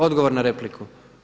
Odgovor na repliku.